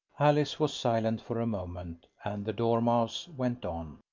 alice was silent for a moment, and the dormouse went on.